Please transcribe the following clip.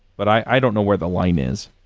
but i don't know where the line is.